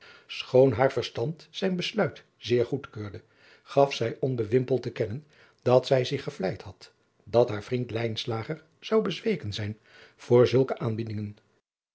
schoon haar verstand zijn besluit zeer goedkeurde gaf zij onbewimpeld te kennen dat zij zich gevleid had dat haar vriend lijnslager zou bezweken zijn voor zulke aanbiedingen